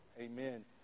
Amen